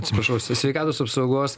atsiprašau s sveikatos apsaugos